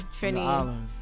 trini